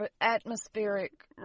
atmospheric